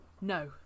no